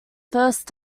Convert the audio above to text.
first